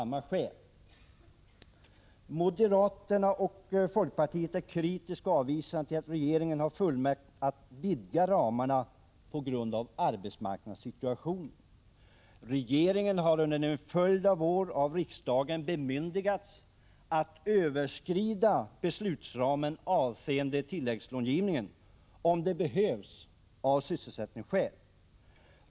Moderaterna och folkpartisterna är kritiska till att regeringen har fullmakt att vidga ramarna på grund av arbetsmarknadssituationen. Regeringen har nu under en följd av år av riksdagen bemyndigats att överskrida beslutsramen avseende tilläggslångivningen, om det behövs av sysselsättningsskäl.